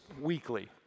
weekly